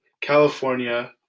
california